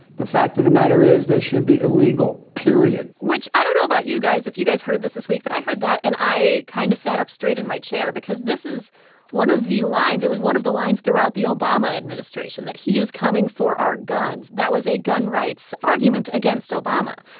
the fact of the matter is they should be illegal, period which i don't know about you guys if you guys heard this this week, but i heard that, and i kind of sat up straight in my chair because this is one of the lines it was one of the lines throughout the obama administration that he is coming for our guns. that was a gun rights argument against obama.